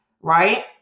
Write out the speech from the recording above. right